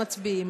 מצביעים,